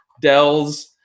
Dells